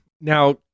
Now